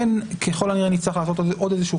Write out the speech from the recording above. ככל הנראה נצטרך לעשות עוד איזשהו